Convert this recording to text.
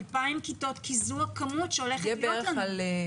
אלפיים כיתות כי זו הכמות שהולכת להיות לנו.